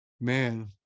man